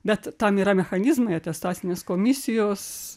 bet tam yra mechanizmai atestacinės komisijos